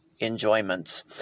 enjoyments